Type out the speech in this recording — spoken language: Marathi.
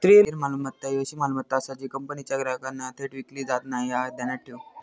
स्थिर मालमत्ता ही अशी मालमत्ता आसा जी कंपनीच्या ग्राहकांना थेट विकली जात नाय, ह्या ध्यानात ठेव